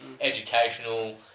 educational